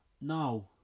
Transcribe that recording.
No